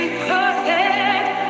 perfect